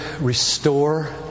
restore